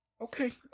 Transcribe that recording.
Okay